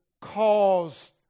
caused